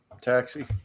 taxi